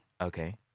Okay